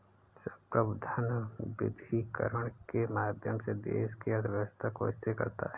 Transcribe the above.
संप्रभु धन विविधीकरण के माध्यम से देश की अर्थव्यवस्था को स्थिर करता है